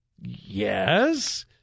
Yes